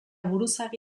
buruzagi